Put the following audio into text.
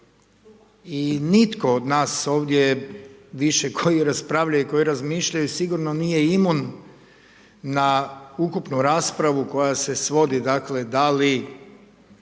i nitko od nas ovdje više koji raspravljaju i koji razmišljaju, sigurno nije imun na ukupnu raspravu koja se svodi, dakle, da li